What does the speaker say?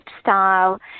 style